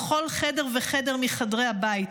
בכל חדר וחדר מחדרי הבית.